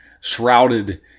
Shrouded